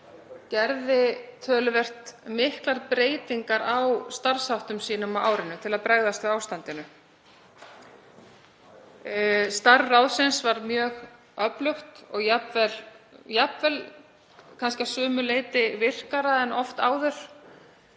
gerði töluvert miklar breytingar á starfsháttum sínum á árinu til að bregðast við ástandinu. Starf ráðsins var mjög öflugt og var jafnvel að sumu leyti virkara en oft áður.